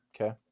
Okay